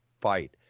fight